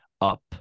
up